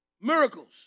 miracles